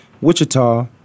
Wichita